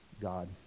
God